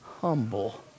Humble